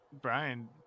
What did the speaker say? Brian